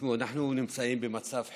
אנחנו נמצאים במצב חירום,